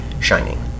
shining